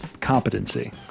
competency